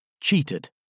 cheated